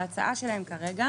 ההצעה שלהם כרגע